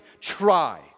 Try